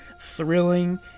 thrilling